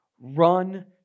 Run